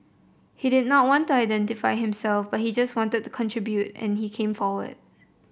he did not want to identify himself but he just wanted to contribute and he came forward